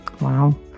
Wow